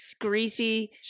greasy